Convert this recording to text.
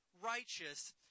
righteous